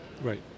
Right